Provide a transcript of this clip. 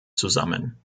zusammen